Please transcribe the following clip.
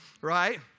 Right